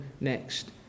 next